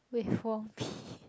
with warm tea